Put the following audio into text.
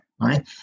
right